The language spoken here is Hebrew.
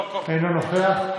אינו נוכח,